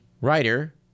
writer